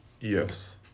Yes